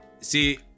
See